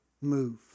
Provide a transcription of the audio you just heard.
move